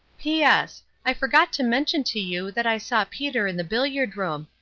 p s i forgot to mention to you that i saw peter in the billiard-room.